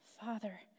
Father